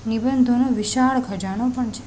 નિબંધોનો વિશાળ ખજાનો પણ છે